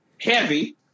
heavy